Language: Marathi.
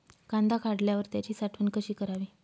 कांदा काढल्यावर त्याची साठवण कशी करावी?